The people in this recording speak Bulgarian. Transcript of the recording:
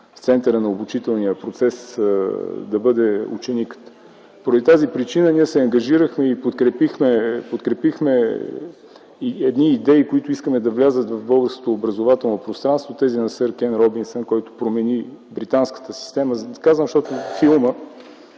в центъра на обучителния процес да бъде ученикът. Поради тази причина ние се ангажирахме и подкрепихме едни идеи, които искаме да влязат в българското образователно пространство – тези на сър Кен Робинсън, който промени британската система. Това е моят